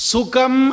Sukam